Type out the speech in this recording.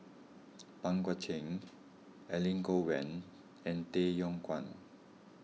Pang Guek Cheng Elangovan and Tay Yong Kwang